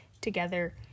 together